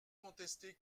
contester